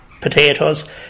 potatoes